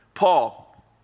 Paul